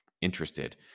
interested